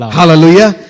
hallelujah